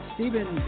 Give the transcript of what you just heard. Stephen